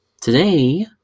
Today